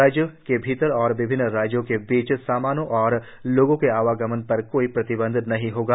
राज्य के भीतर और विभिन्न राज्यों के बीच सामान और लोगों के आवागमन पर कोई प्रतिबंध नहीं होगा